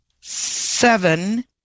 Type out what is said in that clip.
seven